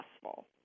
successful